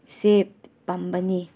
ꯁꯤ ꯄꯥꯝꯕꯅꯤ